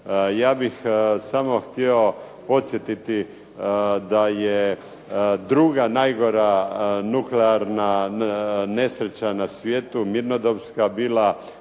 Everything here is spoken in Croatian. Ja bih samo htio podsjetiti da je druga najgora nuklearna nesreća na svijetu mirnodopska